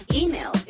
email